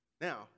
Now